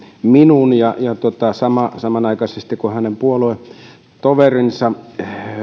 minuun ja kun samanaikaisesti hänen puoluetoverinsa